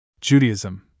Judaism